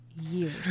years